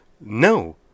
no